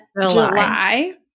July